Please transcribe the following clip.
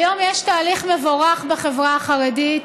היום יש תהליך מבורך בחברה החרדית